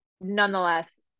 nonetheless